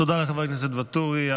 תודה לחבר הכנסת ואטורי.